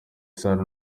isano